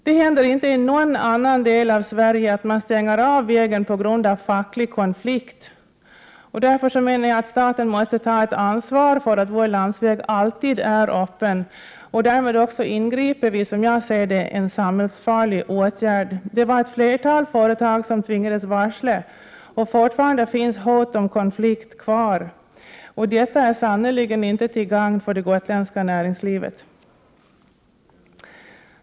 Det händer inte i någon annan del av Sverige att man stänger av vägen på grund av facklig konflikt. Därför menar jag att staten måste ta ansvar för att vår landsväg alltid är öppen och därmed också ingripa vid en, som jag ser det, samhällsfarlig åtgärd. Ett flertal företag tvingades varsla, och fortfarande finns hot om konflikt kvar. Detta är sannerligen inte till gagn för det gotländska näringslivet.